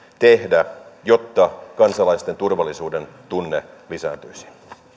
tehdä jotta kansalaisten turvallisuudentunne lisääntyisi